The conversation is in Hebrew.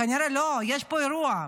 כנראה, לא, יש פה אירוע,